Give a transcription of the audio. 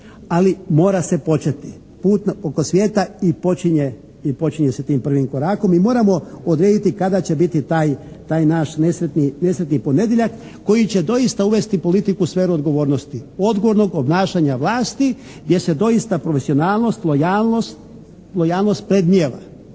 ali mora se početi. Put oko svijeta i počinje sa tim prvim korakom. Mi moramo odrediti kada će biti taj naš nesretni ponedjeljak koji će doista uvesti politiku u sferu odgovornosti. Odgovornog obnašanja vlasti gdje se doista profesionalnost, lojalnost predmnijeva.